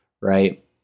right